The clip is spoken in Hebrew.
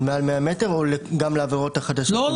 מעל 100 מטרים או גם לעבירות החדשות?